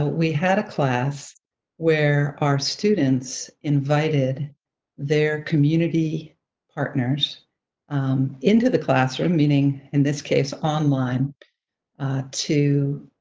we had a class where our students invited their community partners into the classroom, meaning, in this case, online to